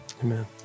Amen